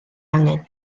hangen